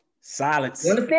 silence